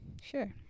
Sure